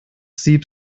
sieb